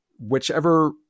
whichever